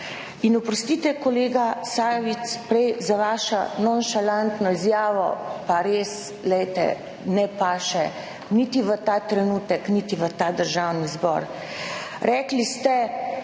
In oprostite, kolega Sajovic, prej za vašo nonšalantno izjavo pa res, glejte, ne paše niti v ta trenutek niti v ta Državni zbor. Rekli ste: